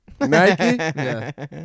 nike